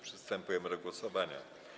Przystępujemy do głosowania.